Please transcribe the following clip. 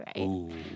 right